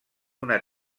una